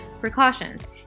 Precautions